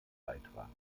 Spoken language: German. beitragen